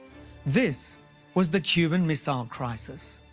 this was the cuban missile crisis.